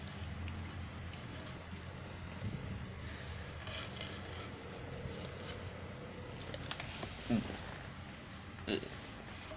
mm uh